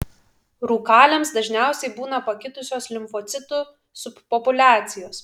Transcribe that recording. rūkaliams dažniausiai būna pakitusios limfocitų subpopuliacijos